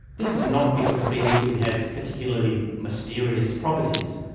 this is not because betel quid has particularly mysterious properties,